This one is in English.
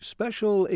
Special